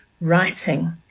writing